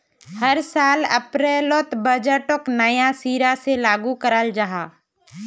हर साल अप्रैलोत बजटोक नया सिरा से लागू कराल जहा